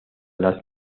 las